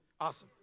Awesome